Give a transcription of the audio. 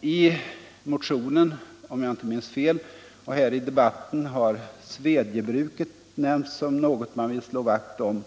I motionen har — om jag inte minns fel — liksom här i debatten svedjebruket nämnts som något man vill slå vakt om.